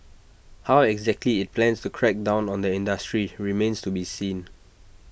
how exactly IT plans to crack down on the industry remains to be seen